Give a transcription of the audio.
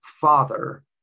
father